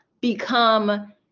become